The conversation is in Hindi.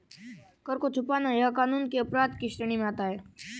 कर को छुपाना यह कानून के अपराध के श्रेणी में आता है